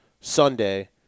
Sunday